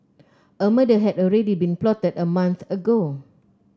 a murder had already been plotted a month ago